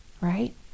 right